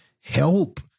help